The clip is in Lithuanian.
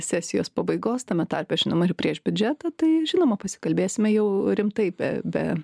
sesijos pabaigos tame tarpe žinoma ir prieš biudžetą tai žinoma pasikalbėsime jau rimtai be be